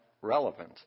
relevant